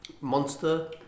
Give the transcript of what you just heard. Monster